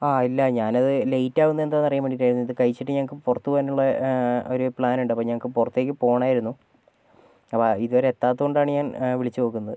ആ ഇല്ല ഞാനത് ലേറ്റ് ആവുന്നത് എന്താന്നറിയാൻ വേണ്ടീട്ടായിരുന്നു ഇത് കഴിച്ചിട്ട് ഞങ്ങൾക്ക് പുറത്ത് പോകാനുള്ള ഒരു പ്ലാൻ ഉണ്ട് അപ്പോൾ ഞങ്ങൾക്ക് പുറത്തേക്ക് പോകണമായിരുന്നു അപ്പോൾ ഇതുവരെ എത്താത്തതുകൊണ്ടാണ് ഞാൻ വിളിച്ചു നോക്കുന്നത്